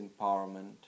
Empowerment